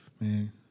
man